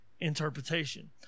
interpretation